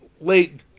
late